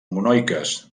monoiques